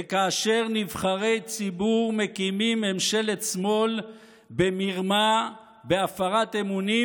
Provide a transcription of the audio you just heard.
וכאשר נבחרי ציבור מקימים ממשלת שמאל במרמה ובהפרת אמונים,